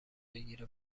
بگیره